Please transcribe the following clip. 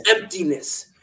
emptiness